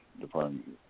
department